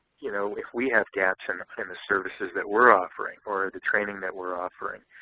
you know if we have gaps and in the services that we're offering, or the training that we're offering.